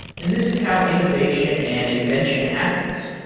and this is how innovation and invention happens.